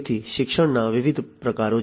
તેથી શિક્ષણના વિવિધ પ્રકારો છે